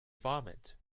vomit